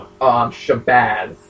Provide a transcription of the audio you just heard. Shabazz